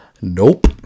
Nope